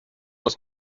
has